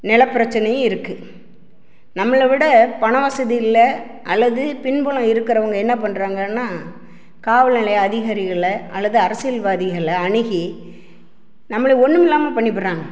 நிலப்பிரச்சனையும் இருக்குது நம்மளை விட பண வசதி இல்லை அல்லது பின்புலம் இருக்கிறவங்க என்ன பண்ணுறாங்கன்னா காவல் நிலைய அதிகாரிகளை அல்லது அரசியல்வாதிகளை அணுகி நம்மளை ஒன்றுமில்லாம பண்ணிப்புடுறாங்க